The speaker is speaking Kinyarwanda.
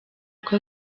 uko